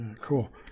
Cool